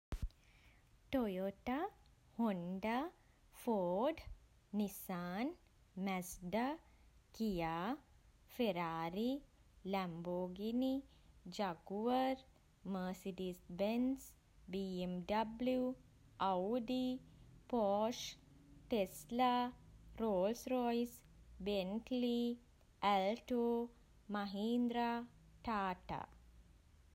Toyota Honda Ford Nissan Mazda Kia Ferrari Lamborghini Jaguar Mercedes Benz B M W Audi Porsche Tesla Rolls Royce Bentley Alto Mahindra Tata